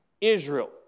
Israel